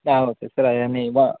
కే sir అయన్నీవ